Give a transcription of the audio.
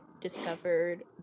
discovered